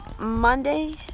Monday